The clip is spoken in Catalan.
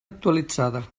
actualitzada